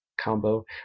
combo